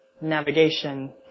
navigation